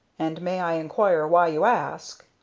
and may i inquire why you ask?